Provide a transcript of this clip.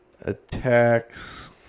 Attacks